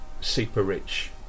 super-rich